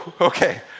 okay